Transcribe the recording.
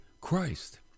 Christ